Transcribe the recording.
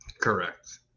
Correct